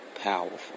powerful